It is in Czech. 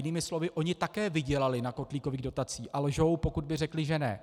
Jinými slovy, oni také vydělali na kotlíkových dotacích a lžou, pokud by řekli, že ne.